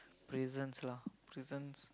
prisons lah prison